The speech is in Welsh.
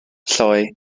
lloi